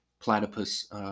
platypus